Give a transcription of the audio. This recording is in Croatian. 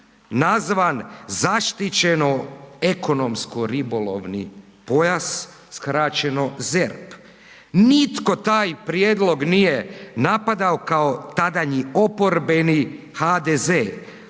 nazvan zaštićeno ekonomsko ribolovni pojas, skraćeno ZERP, nitko taj prijedlog nije napadao kao tadanji oporbeni HDZ,